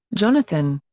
jonathan.